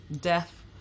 Death